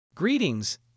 Greetings